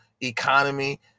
economy